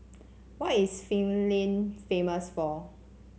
what is Finland famous for